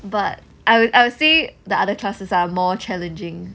but I will I will say the other classes are more challenging